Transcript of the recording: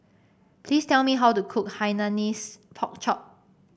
please tell me how to cook Hainanese Pork Chop